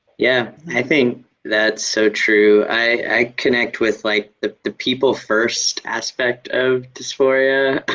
yeah i think that's so true. i connect with like the the people first aspect of dysphoria.